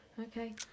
Okay